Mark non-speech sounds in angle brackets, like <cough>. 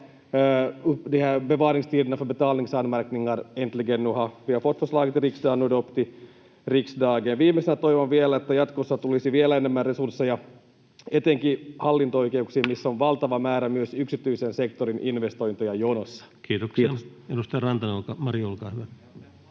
fått förslaget till riksdagen och nu är det upp till riksdagen. Viimeisenä toivon vielä, että jatkossa tulisi vielä enemmän resursseja etenkin hallinto-oikeuksiin, <noise> missä on valtava määrä myös yksityisen sektorin investointeja jonossa. Kiitoksia. — Edustaja Rantanen, Mari, olkaa hyvä.